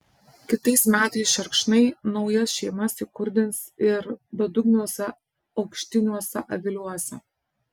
kitais metais šerkšnai naujas šeimas įkurdins ir bedugniuose aukštiniuose aviliuose